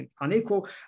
unequal